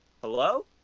Hello